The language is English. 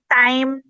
time